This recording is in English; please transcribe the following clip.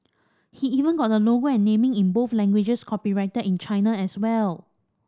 he even got the logo and naming in both languages copyrighted in China as well